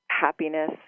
happiness